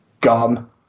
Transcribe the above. gone